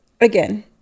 again